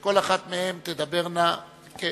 שכל אחת מהן תדבר בהתאם